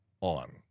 on